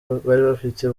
bafite